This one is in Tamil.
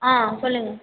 ஆ சொல்லுங்கள்